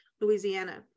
Louisiana